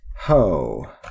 Ho